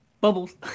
bubbles